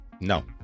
No